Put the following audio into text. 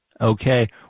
Okay